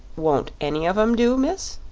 won't any of em do, miss?